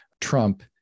Trump